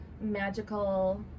Magical